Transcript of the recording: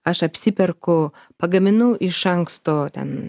aš apsiperku pagaminu iš anksto ten